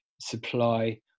supply